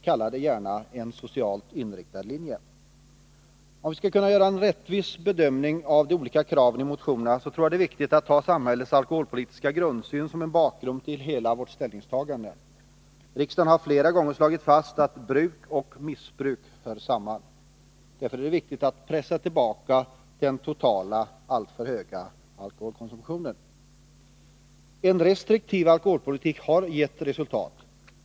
Kalla det gärna för en socialt inriktad linje. Om vi skall kunna göra en rättvis bedömning av de olika kraven i motionerna så tror jag det är viktigt att ta samhällets alkoholpolitiska grundsyn som en bakgrund till vårt ställningstagande. Riksdagen har flera gånger slagit fast att bruk och missbruk hör samman. Därför är det viktigt att pressa tillbaka den totala, alltför höga alkoholkonsumtionen. En restriktiv alkoholpolitik har gett resultat.